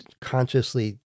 consciously